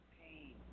pain